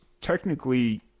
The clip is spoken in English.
technically